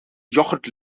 yoghurt